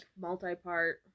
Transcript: multi-part